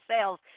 sales